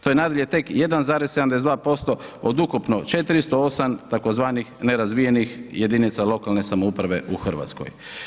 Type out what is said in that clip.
To je nadalje tek 1,72% od ukupno 408 tzv. nerazvijenih jedinica lokalne samouprave u Hrvatskoj.